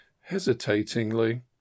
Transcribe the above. hesitatingly